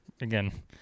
again